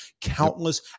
countless